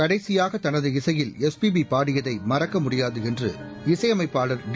கடைசியாக தனது இசையில் எஸ்பிபி பாடியதை மறக்க முடியாது என்று இசையமைப்பாளர் டி